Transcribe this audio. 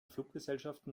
fluggesellschaften